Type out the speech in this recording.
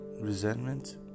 resentment